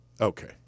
Okay